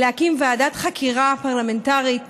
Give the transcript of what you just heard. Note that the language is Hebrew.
להקים ועדת חקירה פרלמנטרית